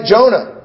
Jonah